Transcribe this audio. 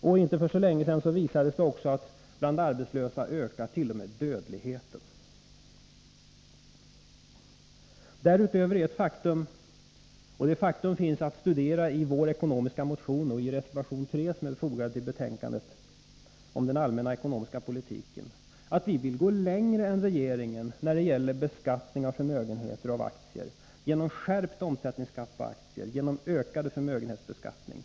För inte så länge sedan visades det också att t.o.m. dödligheten ökar bland de arbetslösa. Därutöver är det ju ett faktum — och detta faktum finns att studera i vår ekonomiska motion och i reservation 3 som är fogad till betänkandet om den allmänna ekonomiska politiken — att vi vill gå längre än regeringen när det gäller beskattningen av förmögenheter och av aktier genom skärpt omsättningsskatt på aktier och genom ökad förmögenhetsbeskattning.